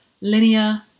linear